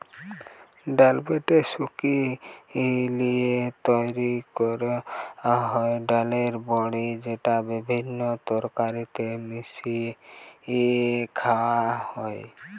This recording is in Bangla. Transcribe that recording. ডাল বেটে শুকি লিয়ে তৈরি কোরা হয় ডালের বড়ি যেটা বিভিন্ন তরকারিতে মিশিয়ে খায়া হয়